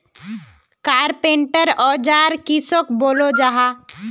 Carpenter औजार किसोक बोलो जाहा?